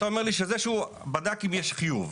אתה אומר לי שזה שהוא בדק אם יש חיוב,